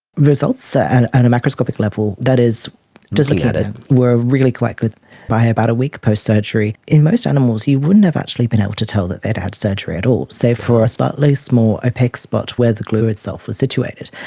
results at a and and macroscopic level, that is just looking at it, were really quite good by about a week post-surgery. in most animals you wouldn't have actually been able to tell that they'd had surgery at all, save for a slightly small opaque spot where the glue itself was situated.